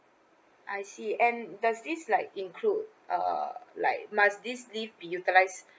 I see and does this like include uh like must this leave be utilize